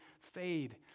fade